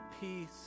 peace